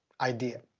idea